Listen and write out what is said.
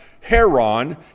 heron